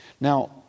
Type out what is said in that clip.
Now